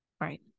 Right